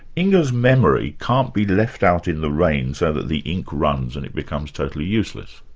inga's memory can't be left out in the rain so that the ink runs and it becomes totally useless.